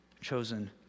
chosen